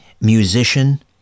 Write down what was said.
musician